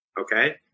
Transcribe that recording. okay